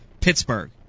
Pittsburgh